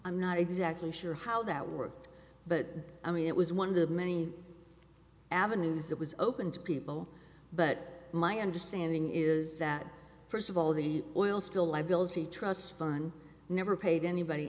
i'm not exactly sure how that worked but i mean it was one of the many avenues that was open to people but my understanding is that first of all the oil spill my bills the trust fund never paid anybody